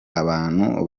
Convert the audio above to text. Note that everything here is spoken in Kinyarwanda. abantu